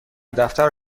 دفتر